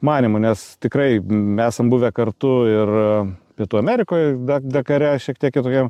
manymu nes tikrai mesam buvę kartu ir pietų amerikoje bet dakare šiek tiek kitokiam